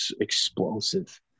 explosive